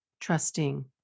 trusting